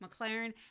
McLaren